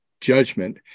judgment